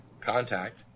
contact